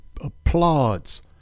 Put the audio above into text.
applauds